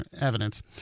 evidence